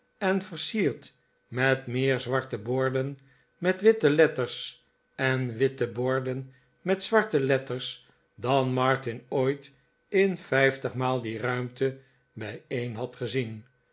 en versierd met meer zwarte borden met witte letters en witte borden met zwarte letters dan martin ooit in vijftigmaal die ruimte bijeen had gezien